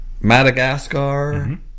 Madagascar